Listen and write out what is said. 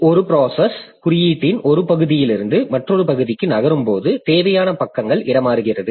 ஒரு ப்ராசஸ் குறியீட்டின் ஒரு பகுதியிலிருந்து மற்றொரு பகுதிக்கு நகரும் போது தேவையான பக்கங்கள் இடம் மாறுகிறது